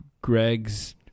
Greg's